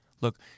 Look